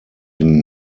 den